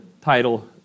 title